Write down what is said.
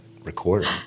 recording